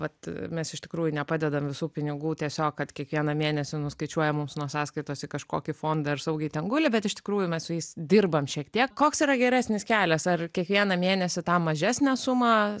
vat mes iš tikrųjų nepadedam visų pinigų tiesiog kad kiekvieną mėnesį nuskaičiuoja mums nuo sąskaitos į kažkokį fondą ir saugiai ten guli bet iš tikrųjų mes su jais dirbam šiek tiek koks yra geresnis kelias ar kiekvieną mėnesį tą mažesnę sumą